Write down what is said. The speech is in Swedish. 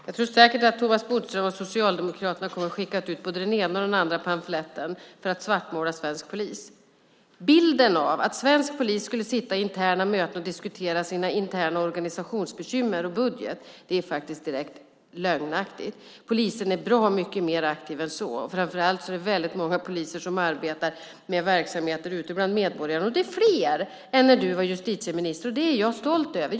Fru talman! Jag tror säkert att Thomas Bodström och Socialdemokraterna kommer att skicka ut både den ena och den andra pamfletten för att svartmåla svensk polis. Bilden av att svensk polis skulle sitta i interna möten och diskutera sina interna organisationsbekymmer och budget är faktiskt direkt lögnaktig. Polisen är bra mycket mer aktiv än så. Framför allt är det väldigt många poliser som arbetar med verksamheter ute bland medborgarna. Det är fler än när du var justitieminister, och det är jag stolt över.